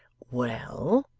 well,